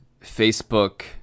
Facebook